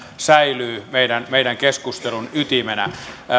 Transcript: säilyy meidän meidän keskustelun ytimenä